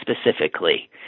specifically